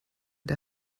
der